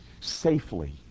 safely